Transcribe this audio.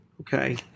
Okay